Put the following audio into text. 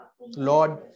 lord